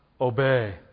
obey